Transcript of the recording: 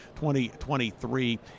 2023